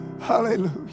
Hallelujah